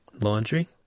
Laundry